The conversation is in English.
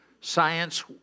Science